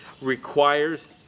requires